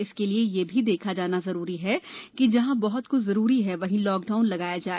इसके लिये यह भी देखा जाना जरूरी है कि जहां बहुत जरूरी है वहीं लॉकडाउन लगाया जाए